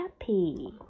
happy